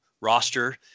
roster